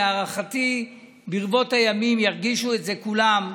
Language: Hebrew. להערכתי ברבות הימים ירגישו את זה כולם,